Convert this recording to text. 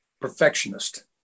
perfectionist